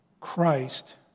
Christ